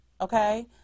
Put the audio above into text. okay